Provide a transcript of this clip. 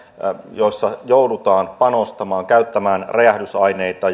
joissa joudutaan panostamaan käyttämään räjähdysaineita